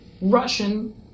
Russian